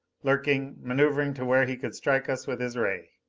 lurking, maneuvering to where he could strike us with his ray.